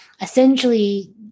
essentially